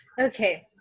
Okay